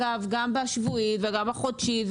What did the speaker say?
גם השבועי וגם החודשי,